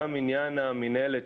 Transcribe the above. גם בעניין המינהלת.